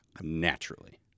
naturally